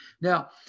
Now